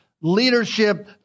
leadership